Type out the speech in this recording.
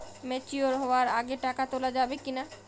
Mature হওয়ার আগে টাকা তোলা যাবে কিনা?